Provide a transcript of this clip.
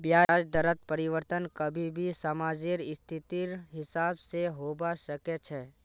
ब्याज दरत परिवर्तन कभी भी समाजेर स्थितिर हिसाब से होबा सके छे